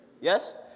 Yes